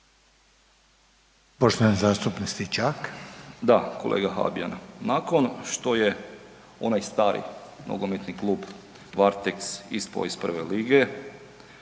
**Stričak, Anđelko (HDZ)** Da kolega Habijan, nakon što je onaj stari Nogometni klub Varteks ispao iz prve lige,